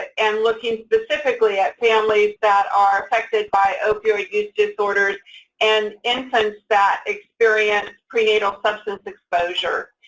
and looking specifically at families that are affected by opioid use disorders and infants that experience prenatal substance exposure.